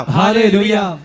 hallelujah